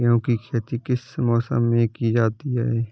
गेहूँ की खेती किस मौसम में की जाती है?